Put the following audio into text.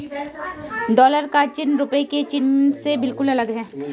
dollar का चिन्ह रूपए के चिन्ह से बिल्कुल अलग है